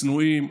צנועים,